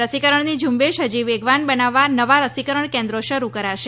રસીકરણની ઝ્રંબેશ હજી વેગવાન બનાવવા નવા રસીકરણ કેન્દ્રો શરૂ કરાશે